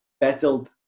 battled